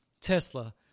Tesla